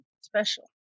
special